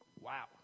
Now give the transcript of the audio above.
Wow